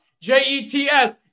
J-E-T-S